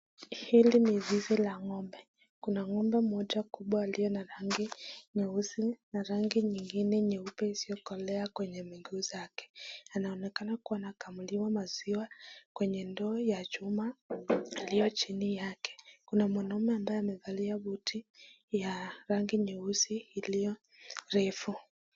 Hili ni zizi la ng'ombe, kuna ng'ombe moja kubwa iliyo na rangi nyeusi na rangi nyingine nyeupe isiyo kolea kwenye miguu zake, anaonekana kuwa anakamuliwa maziwa kwenye ndoo ya chuma iliyo chini yake, kuna mwanaume ambaye amevalia buti ya rangi nyeusi iliyo refu.